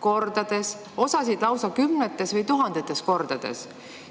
kordades, osasid lausa kümnetes või tuhandetes kordades.